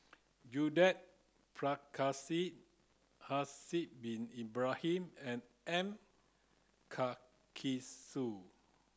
Judith Prakash Haslir Bin Ibrahim and M Karthigesu